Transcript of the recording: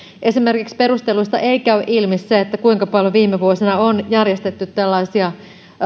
esimerkiksi perusteluista ei käy ilmi se kuinka paljon viime vuosina on järjestetty tällaisia